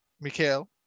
Mikhail